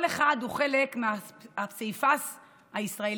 כל אחד הוא חלק מהפסיפס הישראלי.